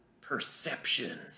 Perception